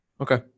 Okay